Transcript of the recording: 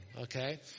Okay